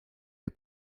les